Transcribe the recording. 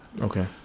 Okay